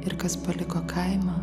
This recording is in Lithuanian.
ir kas paliko kaimą